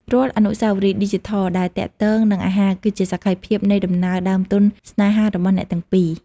រាល់អនុស្សាវរីយ៍ឌីជីថលដែលទាក់ទងនឹងអាហារ គឺជាសក្ខីភាពនៃដំណើរដើមទុនស្នេហារបស់អ្នកទាំងពីរ។